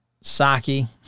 Saki